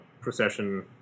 procession